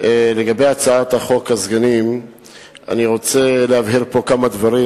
לגבי הצעת חוק הסגנים אני רוצה להבהיר כמה דברים.